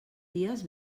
dies